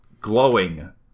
glowing